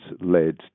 led